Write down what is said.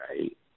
right